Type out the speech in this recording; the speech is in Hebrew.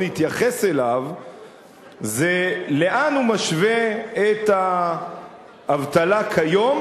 התייחס אליו זה למה הוא משווה את האבטלה כיום,